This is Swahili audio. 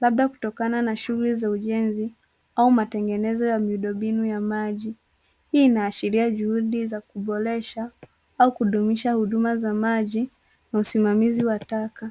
Labda kutokana na shughuli za ujenzi au matengenezo ya miundombinu ya maji. Hii inaashiria juhudi za kuboresha au kudumisha huduma za maji, na usimamizi wa taka.